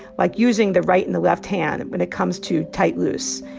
like, using the right and the left hand when it comes to tight-loose.